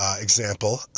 example